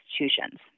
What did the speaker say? institutions